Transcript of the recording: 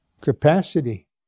capacity